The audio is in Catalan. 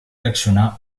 reaccionar